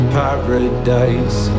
paradise